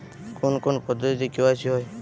কোন কোন পদ্ধতিতে কে.ওয়াই.সি হয়?